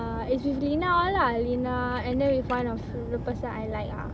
uh it's with lina lah lina and then with one of the person I like ah